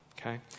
Okay